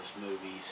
movies